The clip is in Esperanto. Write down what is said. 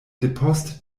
depost